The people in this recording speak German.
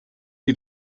sie